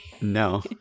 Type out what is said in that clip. no